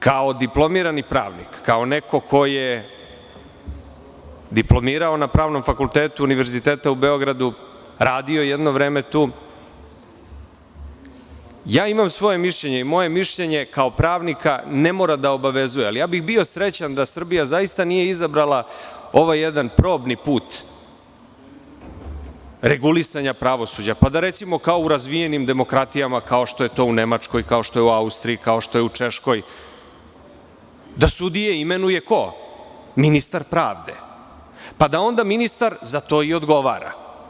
Kao diplomirani pravnik, kao neko ko je diplomirao na Pravnom fakultetu Univerziteta u Beogradu, radio jedno vreme tu, imam svoje mišljenje i moje mišljenje kao pravnika ne mora da obavezuje, ali bio bih srećan da Srbija zaista nije izabrala ovaj jedan probni put regulisanja pravosuđa, pa da, recimo, kao u razvijenim demokratijama, kao što je to u Nemačkoj, Austriji, Češkoj, da sudije imenuje ministar pravde, pa da onda ministar za to i odgovora.